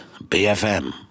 BFM